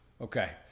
Okay